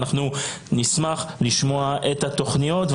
נשמח לשמוע את התוכניות.